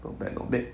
not bad not bad